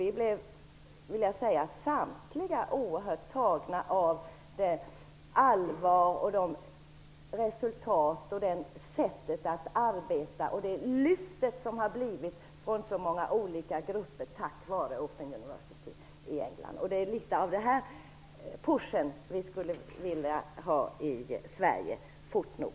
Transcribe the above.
Vi blev samtliga oerhört tagna av det allvar, de resultat som fanns, dess sätt att arbeta och det lyft som så många olika grupper upplevt tack vare Open University i England. Det är litet av sådan push vi skulle vilja ha i Sverige fort nog.